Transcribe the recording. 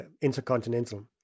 intercontinental